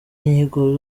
inyigo